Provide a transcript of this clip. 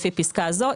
לפי פסקה זו,